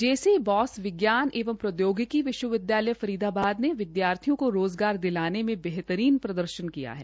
जे C Bose विज्ञान एवं प्रौद्योगिकी विश्वविद्यालय फरीदाबाद ने विद्यार्थियों को रोज़गार दिलाने में बेहतर प्रदर्शन किया है